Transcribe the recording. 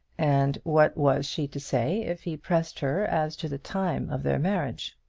and what was she to say if he pressed her as to the time of their marriage?